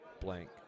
blank